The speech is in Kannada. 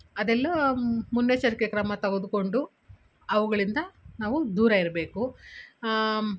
ಅದೆಲ್ಲ ಮುನ್ನೆಚ್ಚರಿಕೆ ಕ್ರಮ ತಗೆದುಕೊಂಡು ಅವುಗಳಿಂದ ನಾವು ದೂರ ಇರಬೇಕು